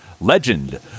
legend